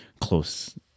close